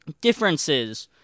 differences